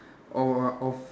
or off